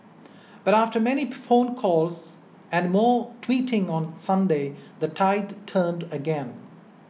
but after many phone calls and more tweeting on Sunday the tide turned again